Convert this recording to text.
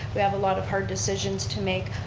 we have a lot of hard decisions to make.